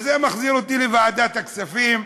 וזה מחזיר אותי לוועדת הכספים,